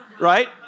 right